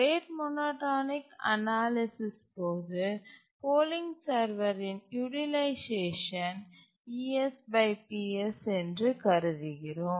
rate monotonic analysis போது polling சர்வரின் utilisation என்று கருதுகிறோம்